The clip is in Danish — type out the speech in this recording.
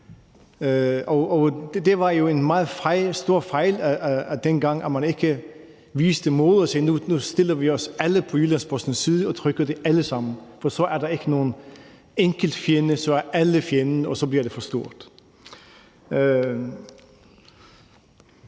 Det var jo en meget stor fejl, at man dengang ikke viste mod og sagde: Nu stiller vi os alle på Jyllands-Postens side og trykker det, for så er der ikke bare en enkelt fjende; så er alle fjenden, og så bliver det for stort.